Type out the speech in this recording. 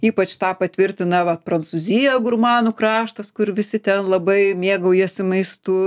ypač tą patvirtina va prancūzija gurmanų kraštas kur visi ten labai mėgaujasi maistu